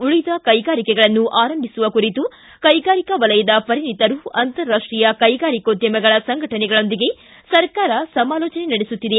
ಉಳಿದ ಕೈಗಾರಿಕೆಗಳನ್ನು ಆರಂಭಿಸುವ ಕುರಿತು ಕೈಗಾರಿಕಾ ವಲಯದ ಪರಿಣಿತರು ಅಂತಾರಾಷ್ಷೀಯ ಕೈಗಾರಿಕೋದ್ದಮಿಗಳ ಸಂಘಟನೆಗಳೊಂದಿಗೆ ಸರ್ಕಾರ ಸಮಾಲೋಚನೆ ನಡೆಸುತ್ತಿದೆ